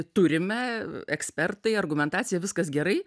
turime ekspertai argumentacija viskas gerai